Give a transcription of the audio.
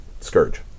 scourge